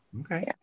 Okay